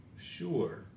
Sure